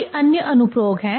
कई अन्य अनुप्रयोग हैं